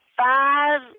Five